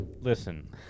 listen